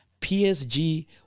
PSG